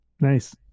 nice